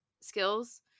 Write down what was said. skills